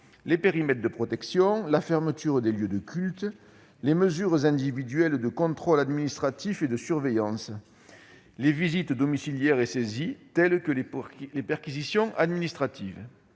les périmètres de protection, la fermeture des lieux de culte, les mesures individuelles de contrôle administratif et de surveillance, les visites domiciliaires et saisies, telles que les perquisitions administratives.